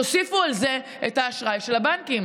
תוסיפו על זה את האשראי של הבנקים.